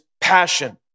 passion